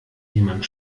jemanden